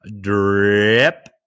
drip